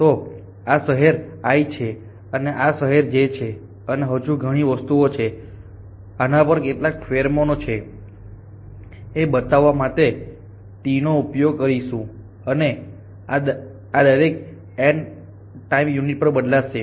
તો આ શહેર i છે અને આ j શહેર છે અને હજુ ગણી વસ્તુ છે આના પર કેટલો ફેરોમોન છે એ બતાવા માટે T i j નો ઉપયોગ કરીશું અને આ દરેક N ટાઈમ યુનિટ પર બદલાશે